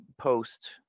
post